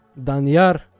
Danyar